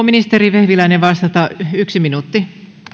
ministeri vehviläinen yksi minuutti